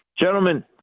Gentlemen